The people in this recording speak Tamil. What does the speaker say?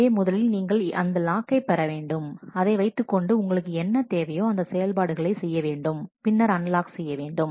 எனவே முதலில் நீங்கள் அந்த லாக்கை பெற வேண்டும் அதை வைத்துக்கொண்டு உங்களுக்கு என்ன தேவையோ அந்த செயல்பாடுகளை செய்ய வேண்டும் பின்னர் அன்லாக் செய்ய வேண்டும்